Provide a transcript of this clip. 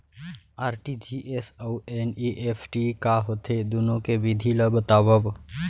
RTGS अऊ NEFT का होथे, दुनो के विधि ला बतावव